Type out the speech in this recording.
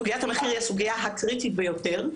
סוגיית המחיר היא הסוגיה הקריטית ביותר.